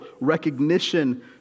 recognition